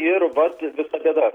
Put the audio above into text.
ir vat visa bėda